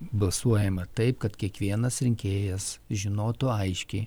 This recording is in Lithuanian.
balsuojama taip kad kiekvienas rinkėjas žinotų aiškiai